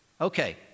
Okay